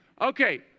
Okay